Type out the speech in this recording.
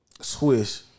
Swish